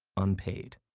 unpaid.